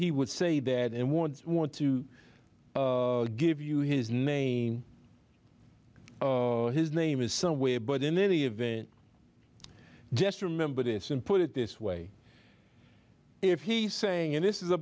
he would say that and want want to give you his name his name is somewhere but in any event just remember this and put it this way if he's saying in this is a